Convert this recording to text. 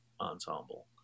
ensemble